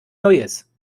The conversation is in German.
neues